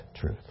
truth